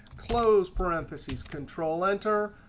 close parentheses, control enter,